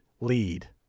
lead